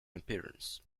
appearance